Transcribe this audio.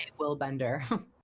Willbender